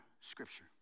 scripture